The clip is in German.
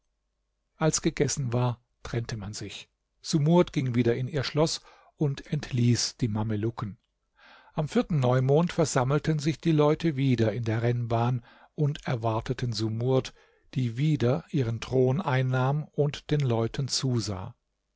als gegessen war trennte man sich sumurd ging wieder in ihr schloß und entließ die mamelucken am vierten neumond versammelten sich die leute wieder in der rennbahn und erwarteten sumurd die wieder ihren thron einnahm und den leuten zusah